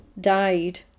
died